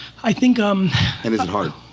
i think. um and is it hard?